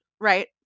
right